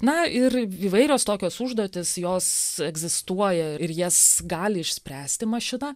na ir įvairios tokios užduotys jos egzistuoja ir jas gali išspręsti mašina